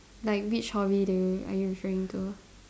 like which hobby do you are you referring to